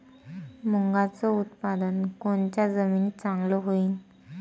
मुंगाचं उत्पादन कोनच्या जमीनीत चांगलं होईन?